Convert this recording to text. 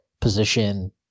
position